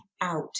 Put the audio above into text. out